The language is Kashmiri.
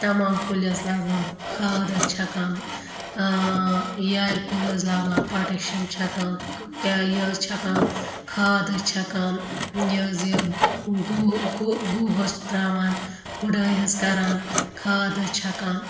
تَمام کُلۍ حظ لاگان کھاد حظ چھَکان یارِ کُلۍ حظ لاگان پۄٹیشیَم چھَکان یہِ حظ چھَکان کھاد حظ چھَکان یہِ حظ یہِ گُہہ گُہہ گُہہ حظ ترٛاوان گُڈٲے حظ کَران کھاد حظ چھَکان